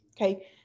Okay